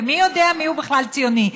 ומי יודע מיהו בכלל ציוני?